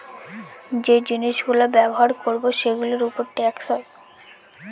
যে জিনিস গুলো ব্যবহার করবো সেগুলোর উপর ট্যাক্স হয়